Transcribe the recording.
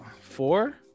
four